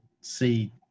see